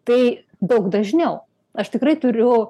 tai daug dažniau aš tikrai turiu